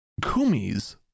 Kumi's